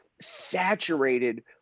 saturated